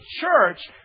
church